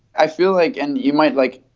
i feel like and you might like